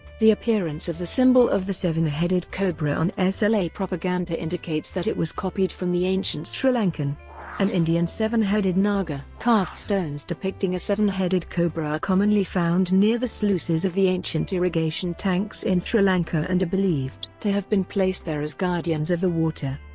the appearance of the symbol of the seven-headed cobra on sla propaganda indicates that it was copied from the ancient sri lankan and indian seven-headed naga carved stones depicting a seven-headed cobra are commonly found near the sluices of the ancient irrigation tanks in sri lanka and are believed to have been placed there as guardians of the water.